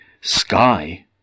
sky